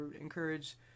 encourage